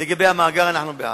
לגבי המאגר, אנחנו בעד.